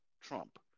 Trump